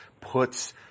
puts